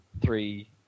three